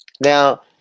Now